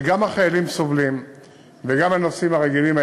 שגם החיילים סובלים וגם הנוסעים הרגילים,